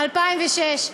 מ-2006.